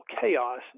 chaos